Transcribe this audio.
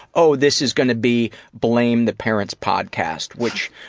oh, this is gonna be blame the parents podcast. which,